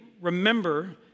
Remember